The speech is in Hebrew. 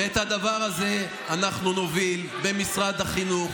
ואת הדבר הזה אנחנו נוביל במשרד החינוך